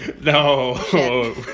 No